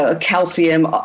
calcium